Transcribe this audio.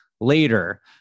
later